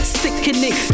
sickening